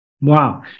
Wow